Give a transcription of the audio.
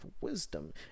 wisdom